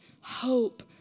hope